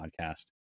podcast